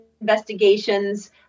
investigations